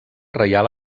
reial